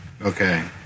Okay